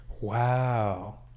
Wow